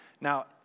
Now